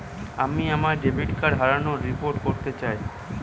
আমি আমার debit card হারানোর রিপোর্ট করতে চাই